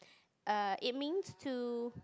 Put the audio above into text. err it means to